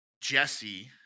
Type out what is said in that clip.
Jesse